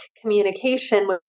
communication